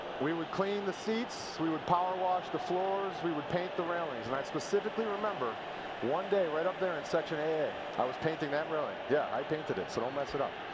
we would clean the seats, we would power wash the floors, we would paint the railings. and i specifically remember one day right up there in section aa, i was painting that railing. yeah, i painted it, so don't mess it up.